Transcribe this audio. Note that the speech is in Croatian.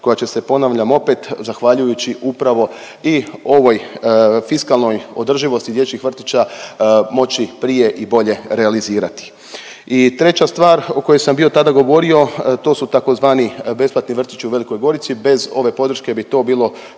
koja će se, ponavljam opet, zahvaljujući upravo i ovoj fiskalnoj održivost dječjih vrtića moći prije i bolje realizirati. I treća stvar o kojoj sam bio tada govorio, to su tzv. besplatni vrtići u Velikoj Gorici, bez ove podrške bi to bilo